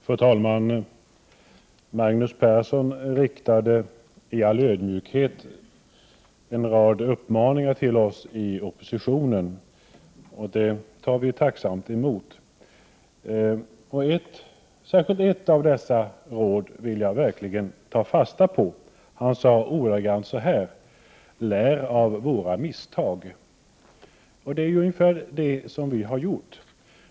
Fru talman! Magnus Persson riktade i all ödmjukhet en rad uppmaningar till oss i oppositionen. Dem tar vi tacksamt emot. Särskilt ett av dessa råd vill jag verkligen ta fasta på. Magnus Persson sade så här: Lär av våra misstag. Det är ungefär vad vi har gjort.